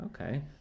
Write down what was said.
okay